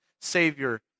Savior